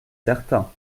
certain